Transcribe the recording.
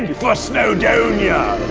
for snowdonia.